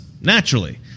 naturally